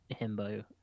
himbo